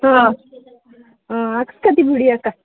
ಹಾಂ ಹಾಂ ಹಾಕಿಸ್ಕೊತೀವ್ ಬಿಡಿ ಅಕ್ಕ